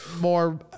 more